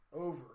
Over